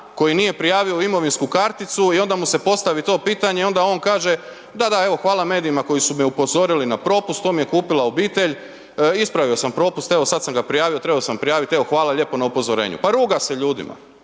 koji nije prijavio u imovinsku karticu i onda mu se postavi to pitanje i onda on kaže, da, da, evo hvala medijima koji su me upozorili na propust, to mi je kupila obitelj, ispravio sam propust, evo sada sam ga prijavio, trebao sam prijaviti, evo hvala lijepo na upozorenju. Pa ruga se ljudima,